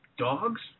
dogs